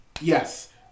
Yes